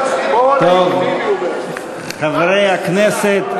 חברי הכנסת,